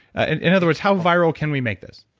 and in other words, how viral can we make this?